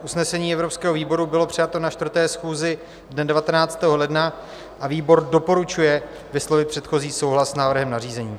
Usnesení evropského výboru bylo přijato na 4. schůzi dne 19. ledna a výbor doporučuje vyslovit předchozí souhlas s návrhem nařízení.